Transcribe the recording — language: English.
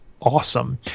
awesome